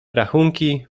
rachunki